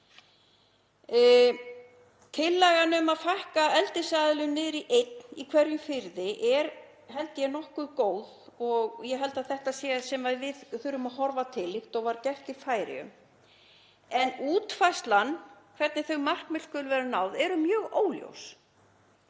Tillagan um að fækka eldisaðilum niður í einn í hverjum firði er, held ég, nokkuð góð og ég held að þetta sé eitthvað sem við þurfum að horfa til, líkt og var gert í Færeyjum. En útfærslan, hvernig þeim markmiðum skuli vera náð, er mjög óljós.